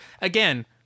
Again